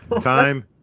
Time